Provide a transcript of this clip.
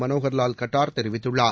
மனோகர் லால் கட்டார் தெரிவித்துள்ளார்